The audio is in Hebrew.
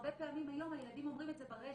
הרבה פעמים היום הילדים אומרים את זה ברשת,